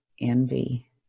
envy